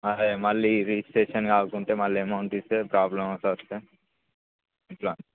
అదే మళ్ళీ రిజిస్ట్రేషన్ కాకుంటే మళ్ళీ అమౌంట్ ఇస్తే ప్రాబ్లమ్ అవుతుంది కద ఇట్లా